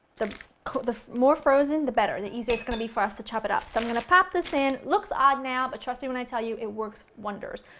the the more frozen, the better. the easier it's going to be for us to chop it up. so i'm going to pop this in, looks odd now, but trust me when i tell you, it works wonders.